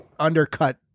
undercut